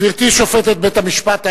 גברתי שופטת בית-המשפט העליון,